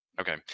Okay